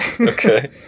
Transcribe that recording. okay